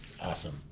Awesome